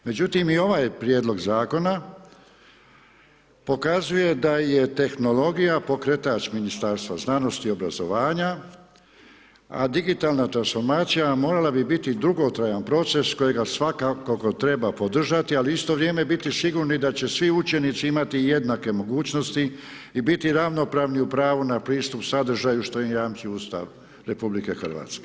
Međutim i ovaj prijedlog zakona pokazuje da je tehnologija pokretač Ministarstva znanosti i obrazovanja, a digitalna transformacija morala bi biti dugotrajan proces kojega svakako treba podržati, ali isto vrijeme biti sigurni da će svi učenici imati jednake mogućnosti i biti ravnopravni u pravu na pristup sadržaju što im jamči Ustav RH.